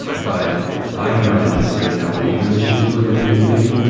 but i had not anticipated how big those changes were going to need to be.